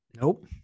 nope